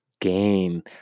game